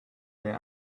their